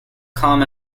calm